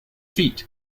feet